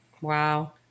Wow